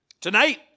Tonight